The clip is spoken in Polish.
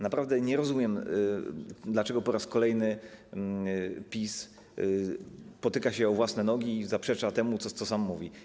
Naprawdę nie rozumiem, dlaczego po raz kolejny PiS potyka się o własne nogi i zaprzecza temu, co sam mówi.